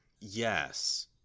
Yes